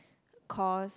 course